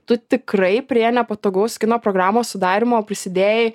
tu tikrai prie nepatogaus kino programos sudarymo prisidėjai